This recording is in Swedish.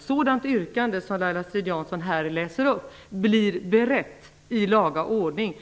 sådant yrkande som Laila Strid-Jansson här läser upp blir berett i laga ordning.